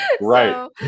right